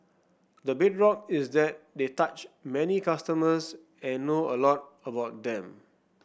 the bedrock is that they touch many consumers and know a lot about them